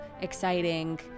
exciting